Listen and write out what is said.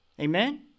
Amen